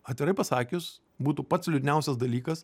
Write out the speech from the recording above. atvirai pasakius būtų pats liūdniausias dalykas